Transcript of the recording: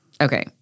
Okay